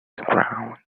ground